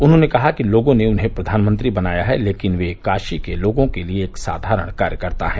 उन्होंने कहा कि लोगों ने उन्हें प्रधानमंत्री बनाया है लेकिन वे काशी के लोगों के लिए एक साधारण कार्यकर्ता हैं